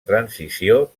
transició